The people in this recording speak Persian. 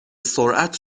سرعت